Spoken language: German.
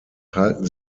halten